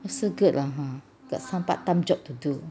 also good lah hor got some part time job to do